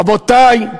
רבותי,